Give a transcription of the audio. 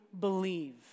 believe